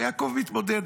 ויעקב מתמודד,